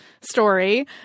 story